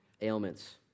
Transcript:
ailments